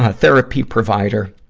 ah therapy provider,